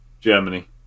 Germany